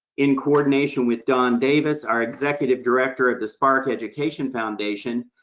in coordination with dom davis our executive director of the spark education foundation,